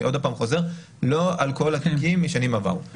אני חוזר, לא על כל התיקים משנים עברו.